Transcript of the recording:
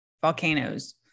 volcanoes